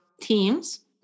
teams